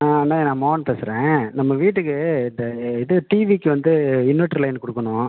ஆ அண்ணன் நான் மோகன் பேசறேன் நம்ம வீட்டுக்கு இந்த இது டிவிக்கு வந்து இன்வெட்ரு லைன் கொடுக்கணும்